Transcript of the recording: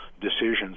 decisions